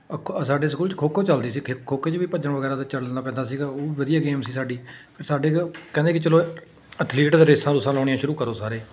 ਸਾਡੇ ਸਕੂਲ 'ਚ ਖੋ ਖੋ ਚੱਲਦੀ ਸੀ ਖੇ ਖੋ ਖੋ 'ਚ ਵੀ ਭੱਜਣ ਵਗੈਰਾ ਅਤੇ ਚੱਲਣਾ ਪੈਂਦਾ ਸੀਗਾ ਉਹ ਵਧੀਆ ਗੇਮ ਸੀ ਸਾਡੀ ਫਿਰ ਸਾਡੇ ਕਹਿੰਦੇ ਕਿ ਚਲੋ ਅਥਲੀਟ ਦਾ ਰੇਸਾਂ ਰੂਸਾਂ ਲਾਉਣੀਆਂ ਸ਼ੁਰੂ ਕਰੋ ਸਾਰੇ